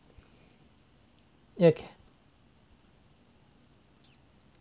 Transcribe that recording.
yeah